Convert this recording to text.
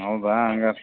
ಹೌದಾ ಹಂಗಾರೆ